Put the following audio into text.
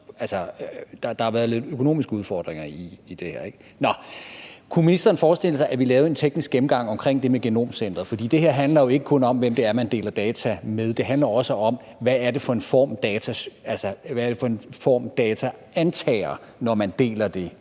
der også været lidt økonomiske udfordringer i det her. Kunne ministeren forestille sig, at vi lavede en teknisk gennemgang omkring det med genomcenteret? For det her handler jo ikke kun om, hvem det er, man deler data med, men det handler også om, hvad det er for en form data antager, når man deler dem